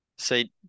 See